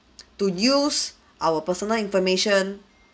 to use our personal information